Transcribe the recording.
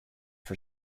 for